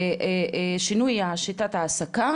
שינוי שיטת העסקה,